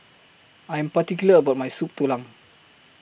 I'm particular about My Soup Tulang